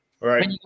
Right